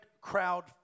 crowd